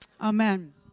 Amen